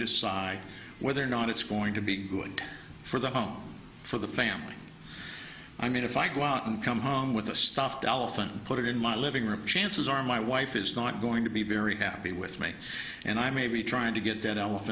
decide whether or not it's going to be good for the home for the family i mean if i go out and come home with a stuffed elephant and put it in my living room chances are my wife is not going to be very happy with me and i may be trying to get that